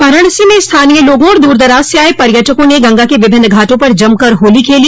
वाराणसी में स्थानीय लोगों और दूर दराज से आये पर्यटकों न गंगा के विभिन्न घाटों पर जमकर होली खेली